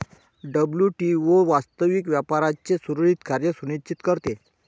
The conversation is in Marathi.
डब्ल्यू.टी.ओ वास्तविक व्यापाराचे सुरळीत कार्य सुनिश्चित करते